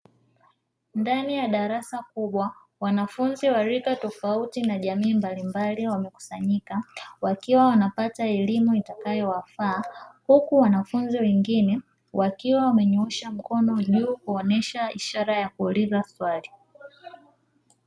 Ndani ya darasa kubwa wanafunzi wa rika tofauti na jamii mbalimbali wamekusanyika, wakiwa wanapata elimu itakayowafaa, huku wanafunzi wengine wakiwa wamenyoosha mkono juu, kuonesha ishara ya kuuliza swali.